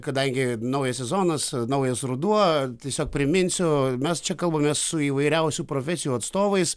kadangi naujas sezonas naujas ruduo tiesiog priminsiu mes čia kalbamės su įvairiausių profesijų atstovais